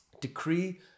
Decree